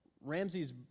Ramsey's